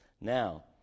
Now